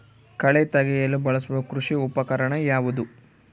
ಕಳೆ ತೆಗೆಯಲು ಬಳಸುವ ಕೃಷಿ ಉಪಕರಣ ಯಾವುದು?